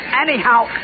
Anyhow